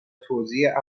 توزیع